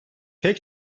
pek